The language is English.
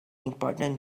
importance